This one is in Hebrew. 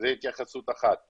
זו התייחסות אחת.